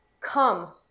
Come